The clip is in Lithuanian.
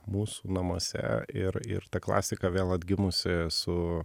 mūsų namuose ir ir ta klasika vėl atgimusi su